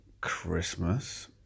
Christmas